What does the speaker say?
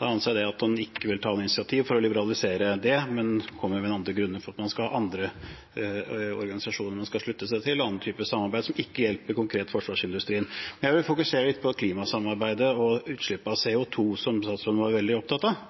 Da anser jeg det slik at man ikke vil ta noe initiativ for å liberalisere det, men kommer med noen andre grunner for at man skal ha andre organisasjoner man skal slutte seg til, og en annen type samarbeid, som ikke konkret hjelper forsvarsindustrien. Jeg vil fokusere litt på klimasamarbeidet og utslippet av CO 2 , som utenriksministeren var veldig opptatt av.